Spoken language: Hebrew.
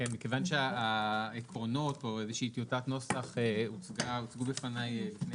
מכיוון שהעקרונות או איזה שהיא טיוטת נוסח הוצגו בפניי לפני